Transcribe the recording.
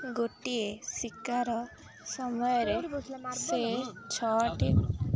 ଗୋଟିଏ ଶିକାର ସମୟରେ ସେ ଛଅଟି